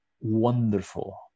wonderful